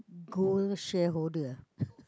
gold shareholder ah